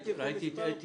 הגעתי לפה מספר פעמים